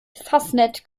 fasnet